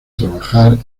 trabajar